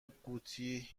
قوطی